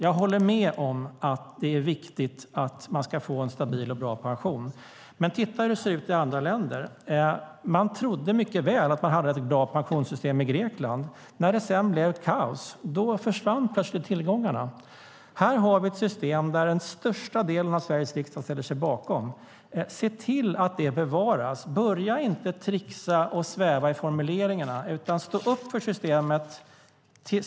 Jag håller med om att det är viktigt att man ska få en stabil och bra pension. Men titta hur det ser ut i andra länder! Man trodde att man hade ett bra pensionssystem i Grekland. När det sedan blev kaos försvann plötsligt tillgångarna. Här har vi ett system som den största delen av Sveriges riksdag ställer sig bakom. Se till att det bevaras! Börja inte tricksa och sväva i formuleringarna, utan stå upp för systemet.